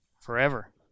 forever